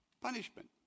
punishment